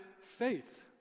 faith